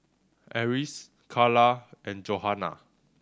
Eris Carla and Johannah